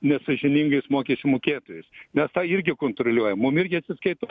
nesąžiningais mokesčių mokėtojais mes tą irgi kontroliuojam mum irgi atsiskaito